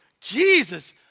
Jesus